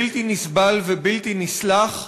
בלתי נסבל ובלתי נסלח,